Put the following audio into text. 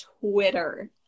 Twitter